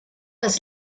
das